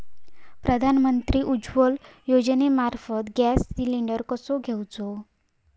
प्रधानमंत्री उज्वला योजनेमार्फत gas cylinder कसो घेऊचो?